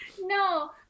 No